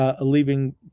leaving